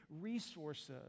resources